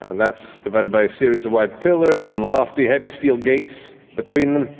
and that's divided by a series of wide pillars and lofty, heavy steel gates between them.